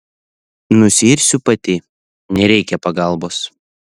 nusiirsiu pati nereikia pagalbos